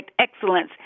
excellence